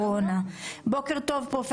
רפאל משולם כן נמצא אתנו.